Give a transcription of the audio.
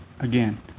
again